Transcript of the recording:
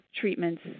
treatments